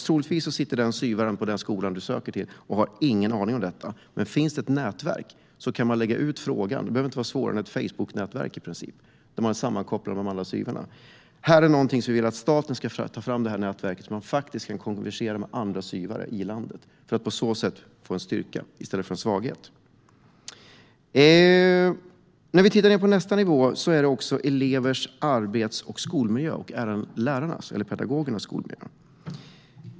Troligtvis finns det en SYV på den skolan som inte har en aning om detta. Men finns det ett nätverk kan frågan läggas ut där. Det behöver i princip inte vara svårare än ett Facebooknätverk. Vi vill att staten ska ta fram ett sådant nätverk så att SYV:arna kan kommunicera med varandra i landet. På så sätt får de ytterligare en styrka i stället för en svaghet. Nästa fråga är elevers och pedagogers arbets och skolmiljö.